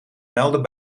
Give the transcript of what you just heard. melden